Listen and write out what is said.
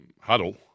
huddle